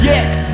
Yes